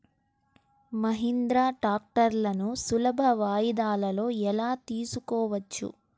మహీంద్రా ట్రాక్టర్లను సులభ వాయిదాలలో ఎలా తీసుకోవచ్చు?